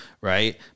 Right